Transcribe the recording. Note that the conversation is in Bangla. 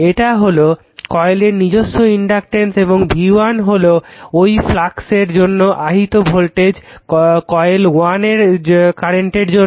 এটা হলো কয়েলের নিজস্ব ইনডাকটেন্স এবং v1 হলো ঐ ফ্লাক্সের জন্য আহিত ভোল্টেজ কয়েল 1 এর কারেন্টের জন্য